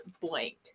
blank